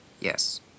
yes